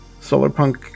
Solarpunk